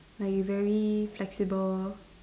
like you very flexible